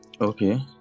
Okay